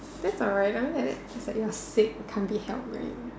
that's alright I mean like that it's like your sick and can't be helped right